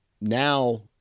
now